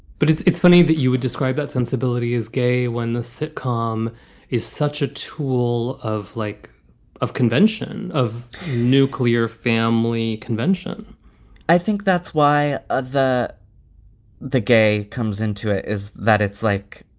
but it's it's funny that you would describe that sensibility as gay when the sitcom is such a tool of like a convention of nuclear family convention i think that's why ah the the gay comes into it, is that it's like